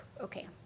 Okay